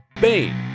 Bane